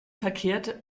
verkehrt